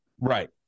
Right